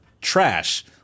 trash